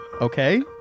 okay